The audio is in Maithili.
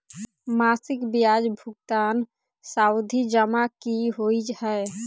मासिक ब्याज भुगतान सावधि जमा की होइ है?